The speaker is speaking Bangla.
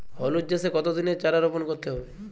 হলুদ চাষে কত দিনের চারা রোপন করতে হবে?